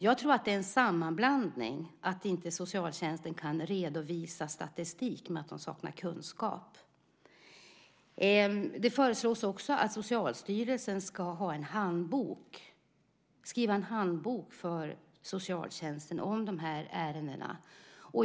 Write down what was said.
Jag tror att det är fråga om en sammanblandning att socialtjänsten inte kan redovisa statistik och att man saknar kunskap. Det föreslås också att Socialstyrelsen ska skriva en handbok för socialtjänsten om dessa ärenden.